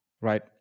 right